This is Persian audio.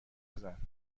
نزن